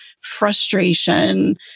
frustration